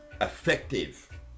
effective